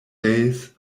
days